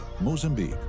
Mozambique